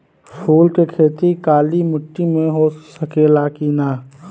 फूल के खेती काली माटी में हो सकेला की ना?